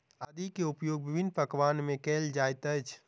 आदी के उपयोग विभिन्न पकवान में कएल जाइत अछि